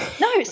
No